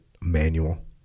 manual